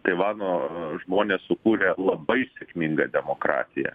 taivano žmonės sukūrė labai sėkmingą demokratiją